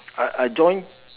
I I enjoy